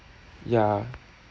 ya